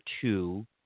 two